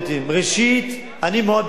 ראשית, אני מאוד בעד.